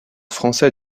français